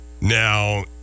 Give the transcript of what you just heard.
Now